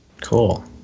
Cool